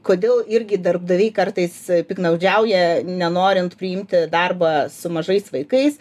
kodėl irgi darbdaviai kartais piktnaudžiauja nenorint priimti darbą su mažais vaikais